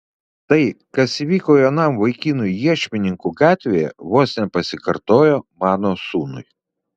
tai kas įvyko jaunam vaikinui iešmininkų gatvėje vos nepasikartojo mano sūnui